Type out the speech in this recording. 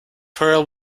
pearl